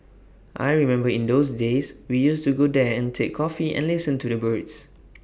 I remember in those days we used to go there and take coffee and listen to the birds